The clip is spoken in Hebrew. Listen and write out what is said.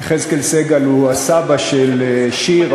יחזקאל סגל הוא הסבא של שיר,